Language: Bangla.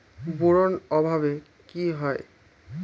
বোরন অভাবে কি হয়?